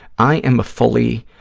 i am a fully,